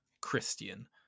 Christian